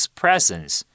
presence